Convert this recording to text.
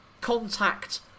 contact